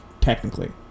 technically